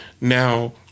Now